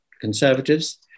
conservatives